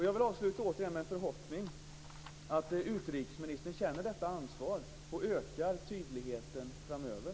Jag vill återigen avsluta med en förhoppning att utrikesministern känner detta ansvar och ökar tydligheten framöver.